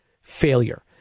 failure